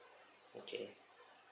okay